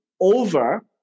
Over